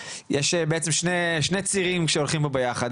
יש בעצם שני צירים שהולכים פה ביחד.